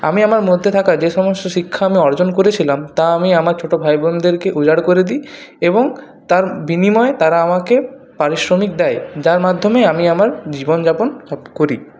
আমি আমার মধ্যে থাকা যে সমস্ত শিক্ষা আমি অর্জন করেছিলাম তা আমি আমার ছোট ভাইবোনদেরকে উজার করে দিই এবং তার বিনিময়ে তারা আমাকে পারিশ্রমিক দেয় যার মাধ্যমে আমি আমার জীবনযাপন সব করি